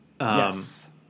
Yes